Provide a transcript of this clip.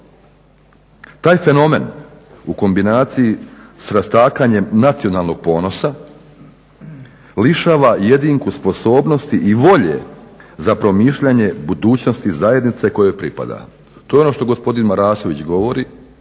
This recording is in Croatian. Taj fenomen u kombinaciji sa rastakanjem nacionalnog ponosa lišava jedinku sposobnosti i volje za promišljanje budućnosti zajednice kojoj pripada. To je ono što gospodin Marasović govori